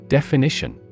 Definition